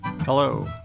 Hello